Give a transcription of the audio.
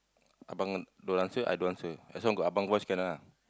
abang don't answer I don't answer as long as got abang voice can ah